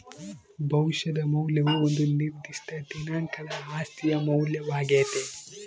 ಭವಿಷ್ಯದ ಮೌಲ್ಯವು ಒಂದು ನಿರ್ದಿಷ್ಟ ದಿನಾಂಕದ ಆಸ್ತಿಯ ಮೌಲ್ಯವಾಗ್ಯತೆ